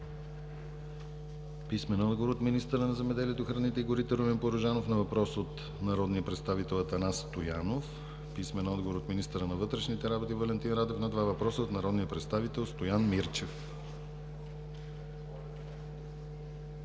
Красимир Янков; - от министъра на земеделието, храните и горите Румен Порожанов на въпрос от народния представител Атанас Стоянов; - от министъра на вътрешните работи Валентин Радев на два въпроса от народния представител Стоян Мирчев.